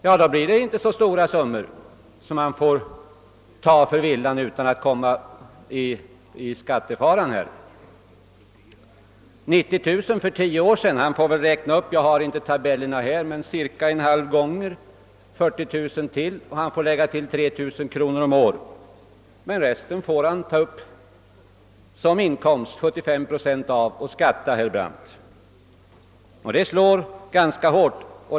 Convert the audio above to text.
Han kan inte ta så stort pris för villan utan att råka i skattefara. 90 000 kronor kostade den för tio år sedan; det beloppet får han väl — jag har inte tabellerna här — räkna upp med ungefär hälften, cirka 40 000 kronor, och han får lägga till 3 000 kronor per år, men av resten måste han ta upp 75 procent som inkomst att skatta för, herr Brandt. Bestämmelserna slår alltså ganska hårt.